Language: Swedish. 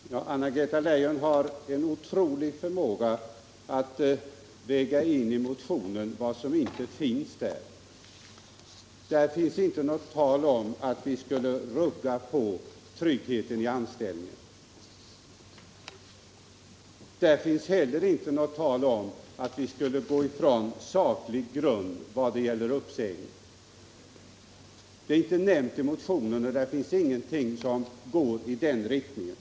Herr talman! Anna-Greta Leijon har en otrolig förmåga att i motionen läsa in något som inte finns där. Det finns i motionen inget tal om att vi skulle rucka på tryggheten i anställningen. Inte heller finns det där något tal om att vi skulle gå ifrån saklig grund för uppsägning. Det är inte nämnt i motionen. Där finns ingenting som går i den riktningen.